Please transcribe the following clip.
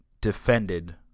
Defended